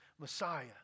Messiah